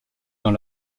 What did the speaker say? dans